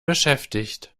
beschäftigt